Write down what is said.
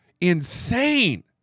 insane